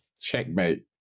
Checkmate